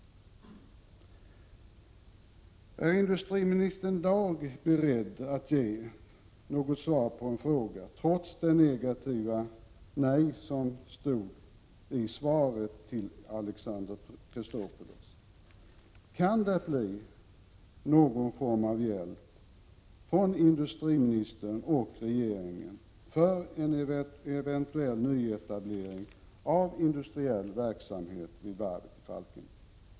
Är industriministern i dag beredd att ge något svar på en fråga, trots det negativa beskedet i svaret till Alexander Chrisopoulos? Kan det bli någon form av hjälp från industriministern och regeringen till en eventuell nyetablering av industriell verksamhet vid varvet i Falkenberg?